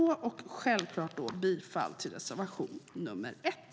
Jag yrkar självklart bifall till reservation nr 1.